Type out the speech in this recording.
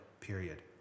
period